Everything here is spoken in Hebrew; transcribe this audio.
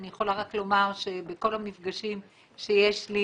אני יכולה רק לומר שבכל המפגשים שיש לי